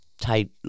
tight